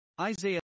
Isaiah